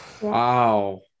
Wow